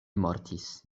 mortis